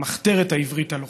למחתרת העברית הלוחמת.